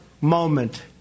moment